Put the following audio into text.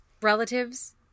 relatives